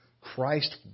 Christ